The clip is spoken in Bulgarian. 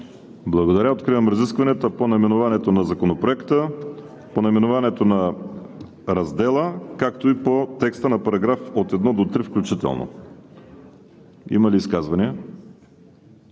Благодаря. Откривам разискванията по наименованието на Законопроекта; по наименованието на раздела, както и параграфи от 1 до 3 включително. Има ли изказвания?